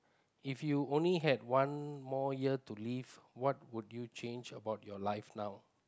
if you only had one more year to live what would you change about your life now